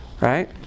right